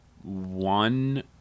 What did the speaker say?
one